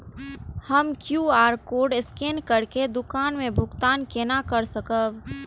हम QR code scan करके दुकान में भुगतान केना कर सकब?